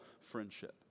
friendship